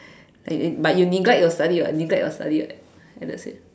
like but you neglect your study [what] neglect your study what I just said